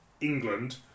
England